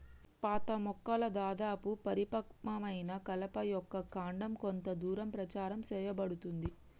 పాత మొక్కల దాదాపు పరిపక్వమైన కలప యొక్క కాండం కొంత దూరం ప్రచారం సేయబడుతుంది